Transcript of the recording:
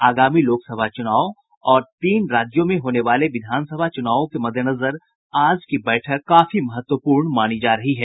आगामी लोकसभा चुनावों और तीन राज्यों में होने वाले विधानसभा चुनावों के मद्देनजर आज की बैठक काफी महत्वपूर्ण मानी जा रही है